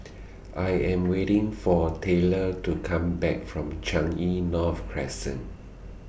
I Am waiting For Taylor to Come Back from Changi North Crescent